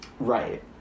Right